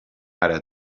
ara